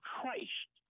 Christ